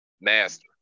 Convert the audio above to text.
master